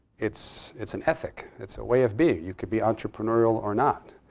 it's it's an ethic. it's a way of being. you can be entrepreneurial or not.